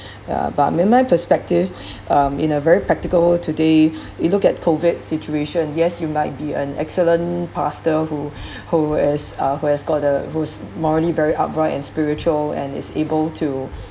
uh but in my perspective um in a very practical today you look at COVID situation yes you might be an excellent pastor who who is uh who has got a who's morally very upright and spiritual and is able to